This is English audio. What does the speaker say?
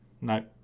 No